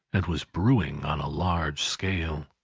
and was brewing on a large scale.